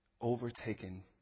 overtaken